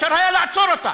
אפשר היה לעצור אותה.